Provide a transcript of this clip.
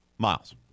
Miles